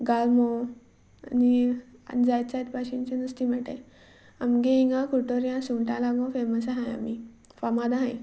गाळमो आनी आनी जायते जायते भशेनचें नुस्तें मेळटा आमच्या हांगा कुट्टोऱ्या सुंगटा लागून फेमस आसा आमी फामाद आसा